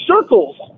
circles